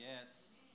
Yes